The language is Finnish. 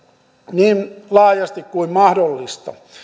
niin laajasti kuin mahdollista